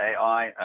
ai